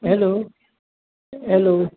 hello hello